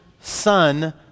Son